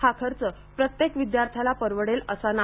हा खर्च प्रत्येक विद्यार्थ्यांना परवडेलच असा नाही